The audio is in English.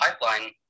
Pipeline